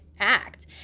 act